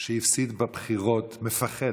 שהפסיד בבחירות מפחד,